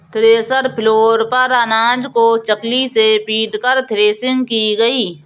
thresher floor पर अनाज को चकली से पीटकर थ्रेसिंग की गई